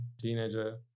teenager